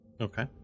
Okay